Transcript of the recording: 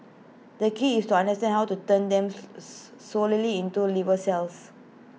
the key is to understand how to turn them solely into liver cells